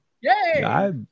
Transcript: Yay